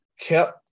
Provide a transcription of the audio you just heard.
kept